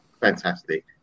fantastic